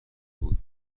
بود